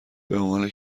بعنوان